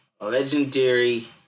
legendary